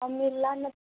ଆଉ ମିଲଲା ନେଇ